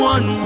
One